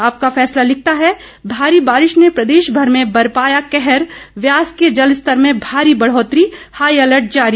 आपका फैसला लिखता है भारी बारिश ने प्रदेशभर में बरपाया कहर ब्यास के जल स्तर में भारी बढ़ोतरी हाई अलर्ट जारी